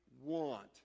want